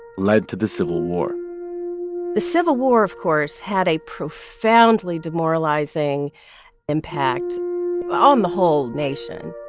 led to the civil war the civil war, of course, had a profoundly demoralizing impact on the whole nation.